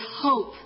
hope